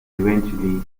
eventually